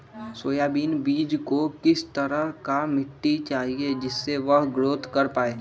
Soybean बीज को किस तरह का मिट्टी चाहिए जिससे वह ग्रोथ कर पाए?